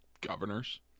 governors